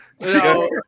No